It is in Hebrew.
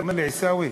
אומר לי: עיסאווי,